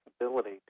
ability